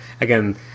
again